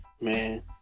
Man